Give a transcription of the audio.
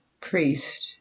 priest